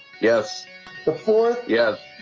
yes before. yeah